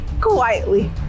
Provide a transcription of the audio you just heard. quietly